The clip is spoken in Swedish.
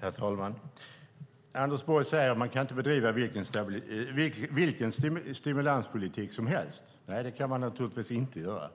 Herr talman! Anders Borg säger att man inte kan bedriva vilken stimulanspolitik som helst. Nej, det kan man naturligtvis inte göra.